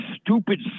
stupid